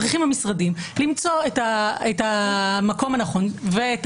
צריכים המשרדים למצוא את המקום הנכון ואת